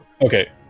okay